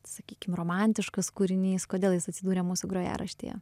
sakykim romantiškas kūrinys kodėl jis atsidūrė mūsų grojaraštyje